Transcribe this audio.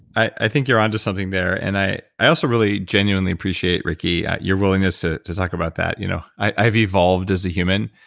i think you're on to something there. and i i also really genuinely appreciate, ricki, your willingness to to talk about that, you know i've evolved as a human,